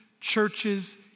churches